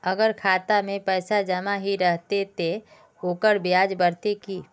अगर खाता में पैसा जमा ही रहते ते ओकर ब्याज बढ़ते की?